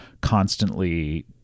constantly